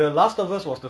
orh